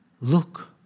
Look